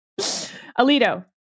Alito